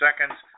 seconds